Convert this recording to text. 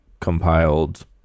compiled